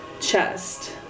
chest